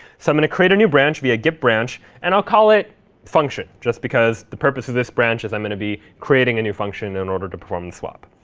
so i'm going to create a new branch via git branch, and i'll call it function just because the purpose of this branch is i'm going to be creating a new function in order to perform the swap.